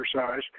exercise